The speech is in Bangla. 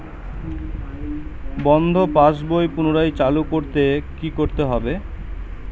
বন্ধ পাশ বই পুনরায় চালু করতে কি করতে হবে?